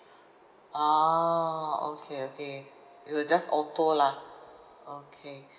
ah okay okay it will just auto lah okay